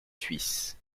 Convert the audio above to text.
suisses